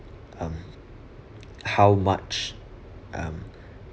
um how much um